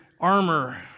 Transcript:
armor